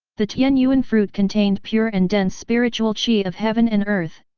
the tianyuan fruit contained pure and dense spiritual qi of heaven and earth,